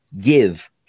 give